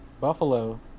Buffalo